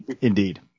Indeed